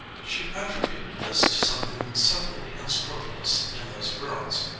she attributed this to something subtly unscrupulous in those girls.